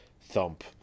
thump